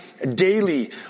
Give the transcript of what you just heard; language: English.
Daily